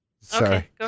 Sorry